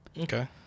Okay